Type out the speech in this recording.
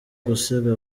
gusiga